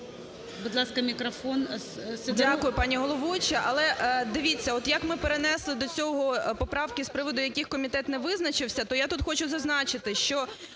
Дякую, пані головуюча.